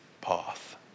path